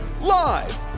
Live